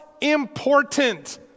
important